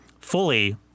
fully